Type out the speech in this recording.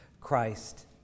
Christ